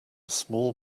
small